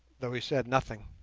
though he said nothing.